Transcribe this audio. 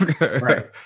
Right